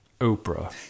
Oprah